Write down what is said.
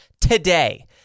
today